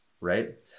right